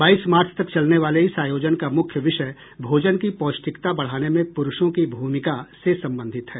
बाईस मार्च तक चलने वाले इस आयोजन का मुख्य विषय भोजन की पौष्टिकता बढ़ाने में प्रुषों की भूमिका से संबंधित है